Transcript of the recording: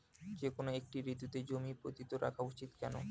যেকোনো একটি ঋতুতে জমি পতিত রাখা উচিৎ কেন?